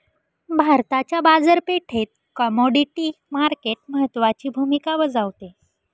भारताच्या बाजारपेठेत commodity market महत्त्वाची भूमिका बजावते